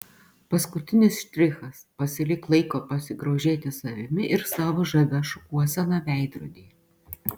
paskutinis štrichas pasilik laiko pasigrožėti savimi ir savo žavia šukuosena veidrodyje